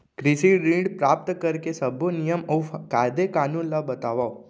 कृषि ऋण प्राप्त करेके सब्बो नियम अऊ कायदे कानून ला बतावव?